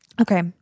Okay